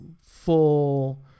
full